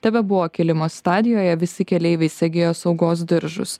tebebuvo kilimo stadijoje visi keleiviai segėjo saugos diržus